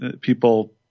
people